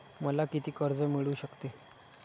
मला किती कर्ज मिळू शकते?